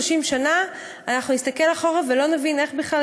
30 שנה אנחנו נסתכל אחורה ולא נבין איך בכלל